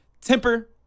Temper